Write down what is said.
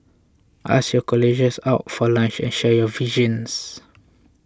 ask your colleagues out for lunch and share your visions